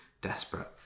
desperate